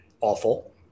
awful